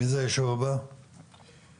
משרדי הממשלה, בבקשה.